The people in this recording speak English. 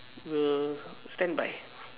we'll standby